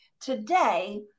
today